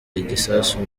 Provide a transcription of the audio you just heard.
igisasu